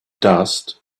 dust